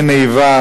אין איבה,